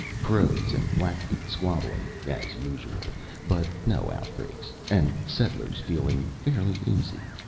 crows and blackfeet squabbling as usual but no outbreaks, and settlers feeling fairly easy.